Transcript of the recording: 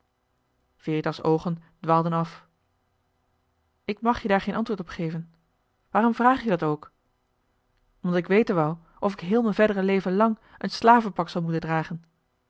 veritas oogen dwaalden af ik mag je daar geen antwoord op geven waarom vraag je dat ook omdat ik weten wou of ik heel m'n verdere leven lang een slavenpak zal moeten dragen